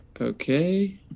Okay